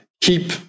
keep